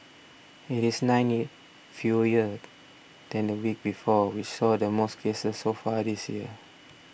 it is nine fewer than the week before which saw the most cases so far this year